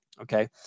okay